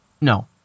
no